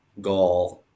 goal